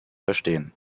verstehen